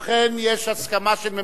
ובכן, יש הסכמה של הממשלה.